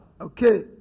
okay